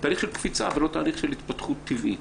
של קפיצה ולא תהליך של התפתחות טבעית.